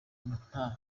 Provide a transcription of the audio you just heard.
nta